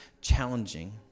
challenging